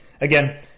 again